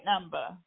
number